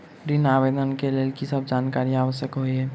ऋण आवेदन केँ लेल की सब जानकारी आवश्यक होइ है?